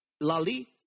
Lali